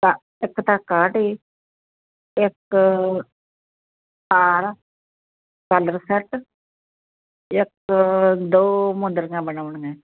ਇੱਕ ਤਾਂ ਕਾਂਟੇ ਇੱਕ ਹਾਰ ਪਾਇਲ ਸੈੱਟ ਇੱਕ ਦੋ ਮੁੰਦਰੀਆਂ ਬਣਵਾਉਣੀਆਂ